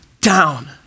down